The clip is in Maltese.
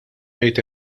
tgħid